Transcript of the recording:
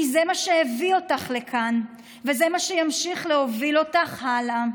כי זה מה שהביא אותך לכאן וזה מה שימשיך להוביל אותך הלאה.